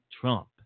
Trump